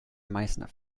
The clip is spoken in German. meißner